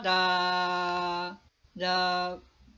the the